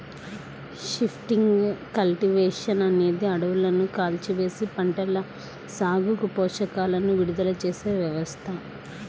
shifting cultivation అనేది అడవులను కాల్చివేసి, పంటల సాగుకు పోషకాలను విడుదల చేసే వ్యవస్థ